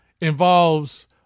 involves